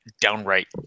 downright